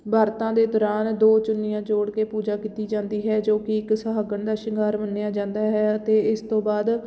ਵਰਤਾਂ ਦੇ ਦੌਰਾਨ ਦੋ ਚੁੰਨੀਆਂ ਜੋੜ ਕੇ ਪੂਜਾ ਕੀਤੀ ਜਾਂਦੀ ਹੈ ਜੋ ਕਿ ਇੱਕ ਸੁਹਾਗਣ ਦਾ ਸ਼ਿੰਗਾਰ ਮੰਨਿਆ ਜਾਂਦਾ ਹੈ ਅਤੇ ਇਸ ਤੋਂ ਬਾਅਦ